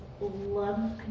love